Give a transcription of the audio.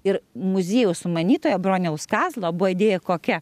ir muziejaus sumanytojo broniaus kazlo buvo idėja kokia